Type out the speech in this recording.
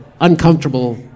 uncomfortable